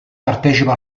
partecipa